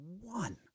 one